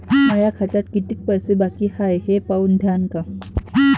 माया खात्यात कितीक पैसे बाकी हाय हे पाहून द्यान का?